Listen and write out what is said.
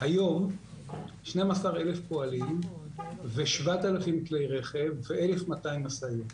היום 12,000 פועלים ו-7,000 כלי רכב ו-1,200 משאיות.